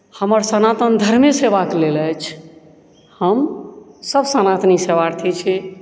हमर सनातन धर्मे सेवाके लेल अछि हमसभ सनातनी सेवार्थी छी